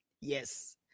Yes